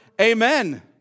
Amen